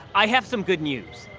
i have some good news.